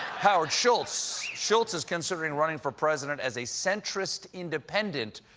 howard schultz. schultz is considering running for president as a centrist independent,